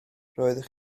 roeddech